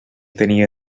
tenia